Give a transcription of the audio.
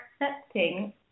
accepting